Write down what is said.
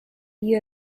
you